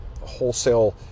wholesale